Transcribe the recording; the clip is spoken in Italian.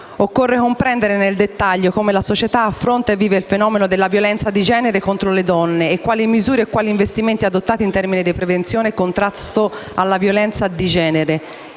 Occorre comprendere nel dettaglio come la società affronta e vive il fenomeno della violenza di genere contro le donne e quali misure e investimenti adottare in termini di prevenzione e contrasto alla violenza di genere